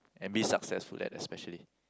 and be successful that especially